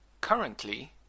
Currently